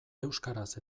euskaraz